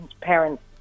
parents